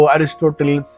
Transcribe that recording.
Aristotle